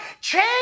Change